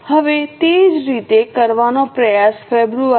હવે તે જ રીતે કરવાનો પ્રયાસ ફેબ્રુઆરી